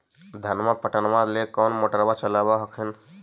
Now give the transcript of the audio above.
धनमा पटबनमा ले कौन मोटरबा चलाबा हखिन?